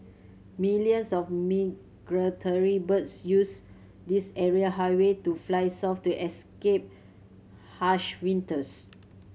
millions of migratory birds use this aerial highway to fly south to escape harsh winters